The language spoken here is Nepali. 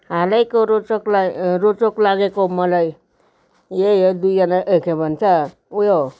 हालैको रोचक ला रोचक लागेको मलाई यही हो दुईजना ए के भन्छ उयो